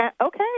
Okay